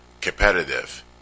competitive